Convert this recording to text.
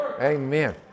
Amen